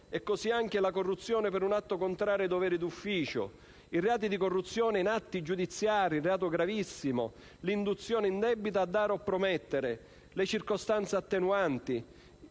e così pure la corruzione per un atto contrario ai doveri d'ufficio, i reati di corruzione in atti giudiziari (reato gravissimo), l'induzione indebita a dare o a promettere, le circostanze attenuanti,